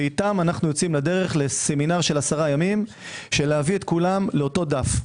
ואיתם אנו יוצאים לדרך ללסמינר של עשרה ימים של להביא את כולם לאותו דף.